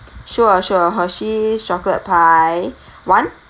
sure sure hershey's chocolate pie one